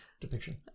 depiction